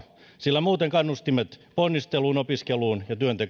sillä muuten kannustimet ponnisteluun opiskeluun ja työntekoon rapautuvat